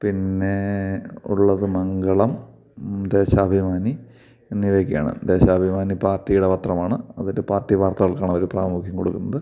പിന്നേ ഉള്ളത് മംഗളം ദേശാഭിമാനി എന്നിവയൊക്കെയാണ് ദേശാഭിമാനി പാർട്ടിയുടെ പത്രമാണ് അതിൽ പാർട്ടി വാർത്തകൾക്കാണവർ പ്രാമുഖ്യം കൊടുക്കുന്നത്